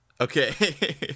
Okay